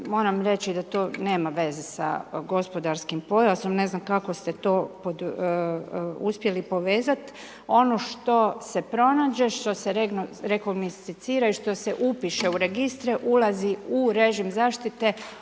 moram reći da to nema veze sa gospodarskim pojasom, ne znam kako ste to uspjeli povezat. Ono što se pronađe, što se .../Govornik se ne razumije./... i što se upiše u registre ulazi u režim zaštite,